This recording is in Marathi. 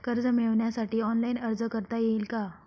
कर्ज मिळविण्यासाठी ऑनलाइन अर्ज करता येईल का?